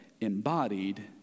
embodied